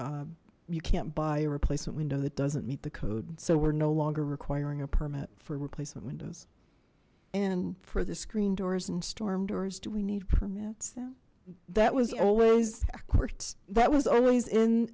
you can't buy a replacement window that doesn't meet the code so we're no longer requiring a permit for replacement windows and for the screen doors and storm doors do we need permits though that was always a court that was always in